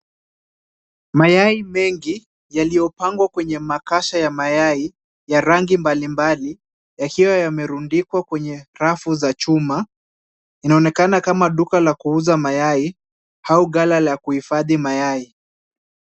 Mayai mengi yaliyopangwa kwenye makasha ya mayai ya rangi mbalimbali, yakiwa yamerundikwa kwenye rafu za chuma inaonekana kama duka la kuuza mayai au gala la kuifadhi mayai.